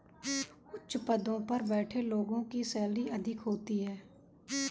उच्च पदों पर बैठे लोगों की सैलरी अधिक होती है